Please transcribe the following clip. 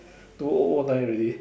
two o o nine already